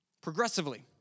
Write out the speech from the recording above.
progressively